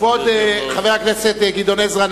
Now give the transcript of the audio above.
כבוד חבר הכנסת גדעון עזרא,